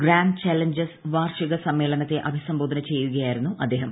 grand challenges വാർഷിക സമ്മേളനത്തെ അഭിസംബോധന ചെയ്യുകയായിരുന്നു അദ്ദേഹം